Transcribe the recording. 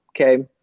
Okay